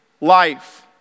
life